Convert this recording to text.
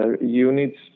units